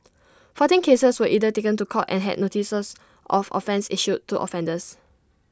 fourteen cases were either taken to court and had notices of offence issued to offenders